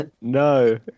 No